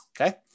okay